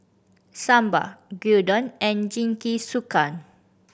Sambar Gyudon and Jingisukan